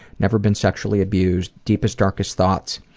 never been sexually abused. deepest darkest thoughts,